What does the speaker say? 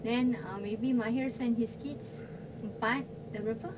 then uh maybe mahir send his kids but dah berapa